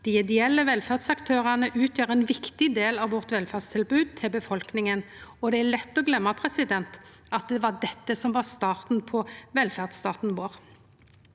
Dei ideelle velferdsaktørane utgjer ein viktig del av velferdstilbodet til befolkninga, og det er lett å gløyma at det var dette som var starten på velferdsstaten vår.